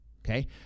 Okay